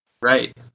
Right